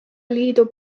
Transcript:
liidu